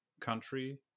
country